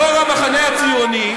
יושב-ראש המחנה הציוני,